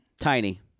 Tiny